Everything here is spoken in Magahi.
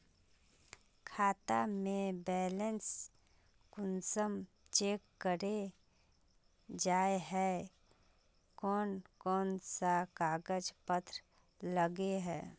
खाता में बैलेंस कुंसम चेक करे जाय है कोन कोन सा कागज पत्र लगे है?